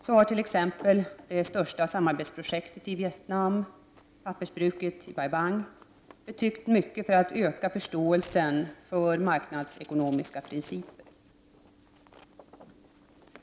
Så har t.ex. det största samarbetsprojektet i Vietnam, pappersbruket i Bai Bang, betytt mycket för att öka förståelsen för marknadsekonomiska principer.